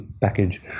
package